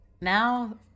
now